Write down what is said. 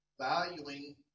valuing